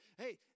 Hey